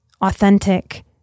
authentic